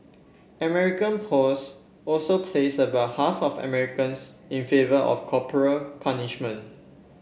American polls also placed about half of Americans in favour of corporal punishment